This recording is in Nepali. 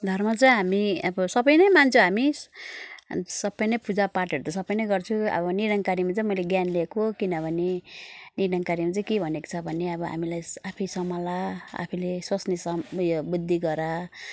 धर्म चाहिँ हामी अब सबै नै मान्छ हामी सबै नै पूजा पाठहरू त सबै नै गर्छु अब निरङ्कारीमा चाहिँ मैले ज्ञान लिएको किनभने निरङ्कारीमा चाहिँ के भनेको छ भने अब हामीलाई आफै सम्हाल आफैले सोच्ने सम् उयो बुद्धि गर